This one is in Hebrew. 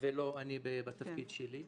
-- ולא אני בתפקיד שלי.